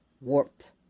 warped